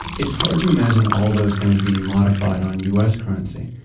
it's hard to imagine all those things being modified on u s. currency.